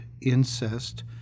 incest